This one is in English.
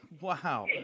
Wow